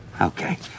Okay